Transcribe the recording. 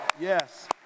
Yes